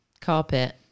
Carpet